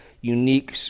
unique